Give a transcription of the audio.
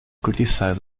criticize